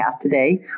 today